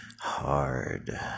hard